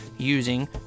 using